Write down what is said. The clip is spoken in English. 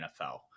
NFL